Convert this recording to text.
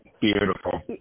Beautiful